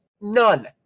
None